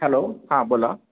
hello हां बोला